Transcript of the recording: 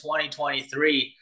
2023